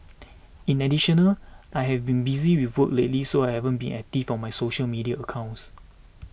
in additional I have been busy with work lately so I haven't been active on my social media accounts